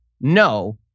No